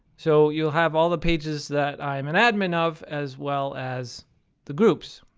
so you'll have all the pages that i'm an admin of as well as the groups.